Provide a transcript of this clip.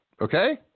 Okay